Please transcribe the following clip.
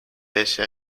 pese